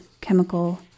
chemical